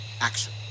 Action